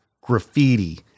graffiti